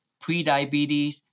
prediabetes